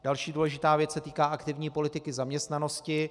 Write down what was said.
Další důležitá věc se týká aktivní politiky zaměstnanosti.